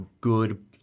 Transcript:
good